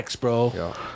Bro